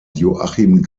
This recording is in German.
joachim